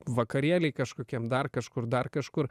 vakarėly kažkokiam dar kažkur dar kažkur